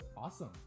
Awesome